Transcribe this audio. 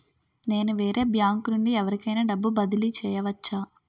నేను వేరే బ్యాంకు నుండి ఎవరికైనా డబ్బు బదిలీ చేయవచ్చా?